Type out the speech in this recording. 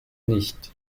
nicht